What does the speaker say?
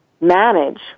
manage